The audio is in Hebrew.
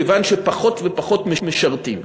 מכיוון שפחות ופחות משרתים.